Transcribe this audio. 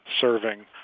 serving